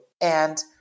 And-